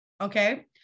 Okay